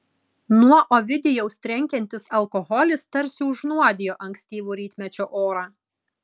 nuo ovidijaus trenkiantis alkoholis tarsi užnuodijo ankstyvo rytmečio orą